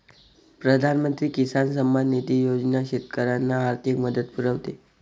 प्रधानमंत्री किसान सन्मान निधी योजना शेतकऱ्यांना आर्थिक मदत पुरवते